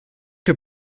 que